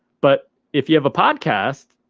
but if you have a podcast,